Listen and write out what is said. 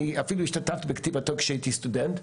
אפילו השתתפתי בכתיבתו כשהייתי סטודנט,